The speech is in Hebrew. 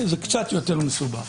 זה קצת יותר מסובך.